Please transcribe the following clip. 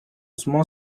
small